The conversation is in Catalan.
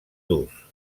durs